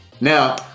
Now